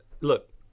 look